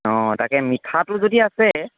অ তাকে মিঠাটো যদি আছে